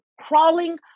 crawling